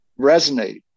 resonate